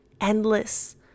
endless